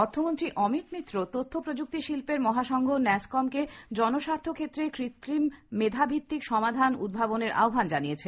অর্থমন্ত্রী অমিত মিত্র তথ্য প্রযুক্তি শিল্পের মহাসঙ্ঘ ন্যাসকম কে জনস্বার্থ ক্ষেত্রে কৃত্রিম মেধা ভিত্তিক সমাধান উদ্ভাবনের আহ্বান জানিয়েছেন